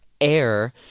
air